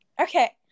Okay